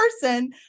person